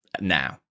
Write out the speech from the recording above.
Now